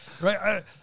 right